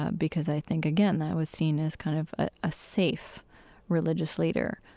because i think, again, that was seen as kind of ah a safe religious leader.